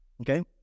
okay